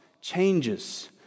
changes